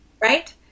Right